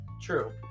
True